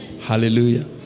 Hallelujah